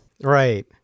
Right